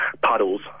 puddles